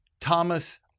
Thomas